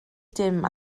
dim